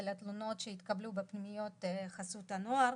ועל התלונות שהתקבלו בפנימיות חסות הנוער.